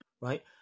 Right